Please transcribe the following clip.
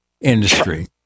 industry